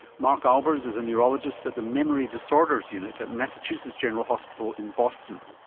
mark albers is a neurologist at the memory disorders unit at massachusetts general hospital in boston.